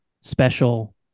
special